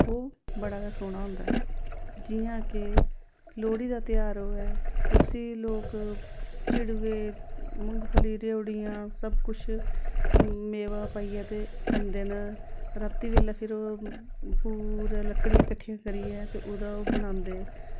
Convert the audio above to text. ओह् बड़ा गै सोह्ना होंदा ऐ जि'यां के लोह्ड़ी दा तेहार होऐ उस्सी लोक चिड़वे मुंगफली रेओड़ियां सब कुछ मेवा पाइयै ते खंदे न राती बेल्लै फिर ओह् पूरे लकड़ियां कट्ठियां करियै ते ओह्दा ओह् बनांदे